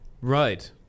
Right